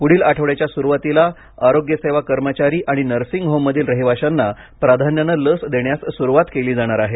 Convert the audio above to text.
पूढील आठवड्याच्या सुरूवातीला आरोग्य सेवा कर्मचारी आणि नर्सिंग होममधील रहिवाशांना प्राधान्यानं लस देण्यास सुरुवात केली जाणार आहे